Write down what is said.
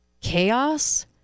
chaos